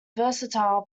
versatile